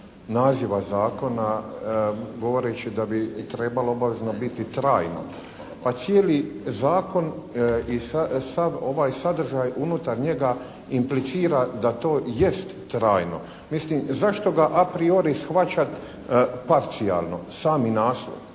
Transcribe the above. naziva zakona, govoreći da bi trebalo obavezno biti trajno. Pa cijeli zakon i sav ovaj sadržaj unutar njega implicira da to jest trajno. Mislim zašto ga apriori shvaćat parcijalno, sami naslov.